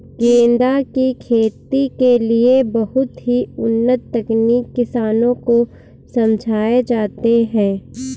गेंदा की खेती के लिए बहुत से उन्नत तकनीक किसानों को समझाए जाते हैं